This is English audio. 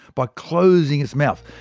by closing its mouth.